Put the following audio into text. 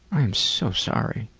i am so sorry.